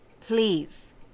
Please